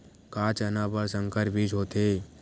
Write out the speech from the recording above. का चना बर संकर बीज होथे?